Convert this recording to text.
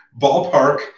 ballpark